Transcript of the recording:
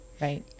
right